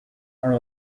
are